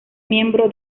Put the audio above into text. miembro